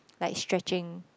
like stretching